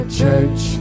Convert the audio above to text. church